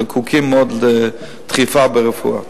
שזקוקים מאוד לדחיפה ברפואה.